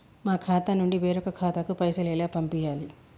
మా ఖాతా నుండి వేరొక ఖాతాకు పైసలు ఎలా పంపియ్యాలి?